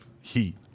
heat